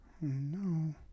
No